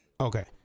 Okay